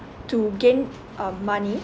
to gain um money